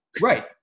Right